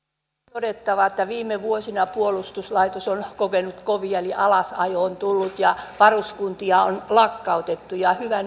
todettava että viime vuosina puolustuslaitos on kokenut kovia eli alasajoa on tullut ja varuskuntia on lakkautettu hyvä